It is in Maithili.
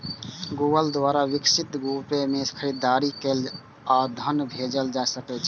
गूगल द्वारा विकसित गूगल पे सं खरीदारी कैल आ धन भेजल जा सकै छै